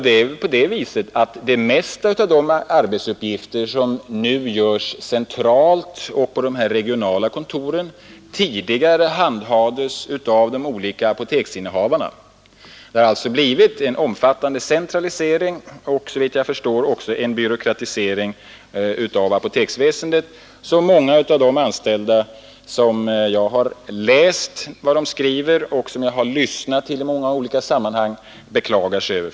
De flesta av de arbetsuppgifter som nu utförs centralt och på de regionala kontoren handhades tidigare av de olika apoteksinnehavarna. Det har alltså skett en omfattande centralisering och såvitt jag förstår också en byråkratisering av apoteksväsendet, som många av de anställda — jag har både läst vad de har skrivit och lyssnat till dem — beklagar sig över.